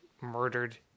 murdered